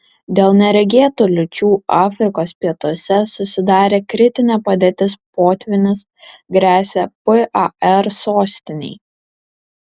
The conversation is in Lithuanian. dėl neregėtų liūčių afrikos pietuose susidarė kritinė padėtis potvynis gresia par sostinei